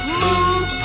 move